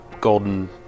golden